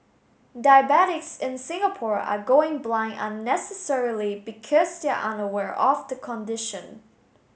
diabetics in Singapore are going blind unnecessarily because they are unaware of the condition